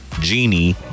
genie